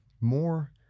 more